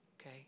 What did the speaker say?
okay